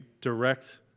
direct